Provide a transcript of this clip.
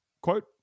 Quote